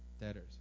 debtors